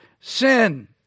sin